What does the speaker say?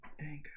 anger